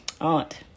aunt